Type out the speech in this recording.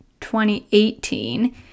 2018